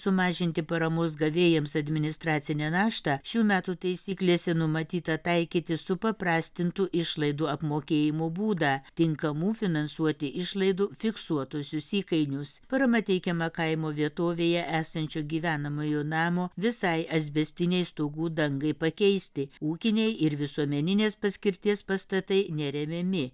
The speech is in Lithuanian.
sumažinti paramos gavėjams administracinę naštą šių metų taisyklėse numatyta taikyti supaprastintų išlaidų apmokėjimo būdą tinkamų finansuoti išlaidų fiksuotuosius įkainius parama teikiama kaimo vietovėje esančio gyvenamojo namo visai asbestinei stogų dangai pakeisti ūkiniai ir visuomeninės paskirties pastatai neremiami